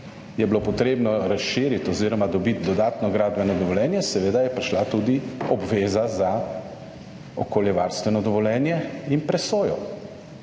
je bilo potrebno razširiti oziroma dobiti dodatno gradbeno dovoljenje, seveda je prišla tudi obveza za okoljevarstveno dovoljenje in presojo.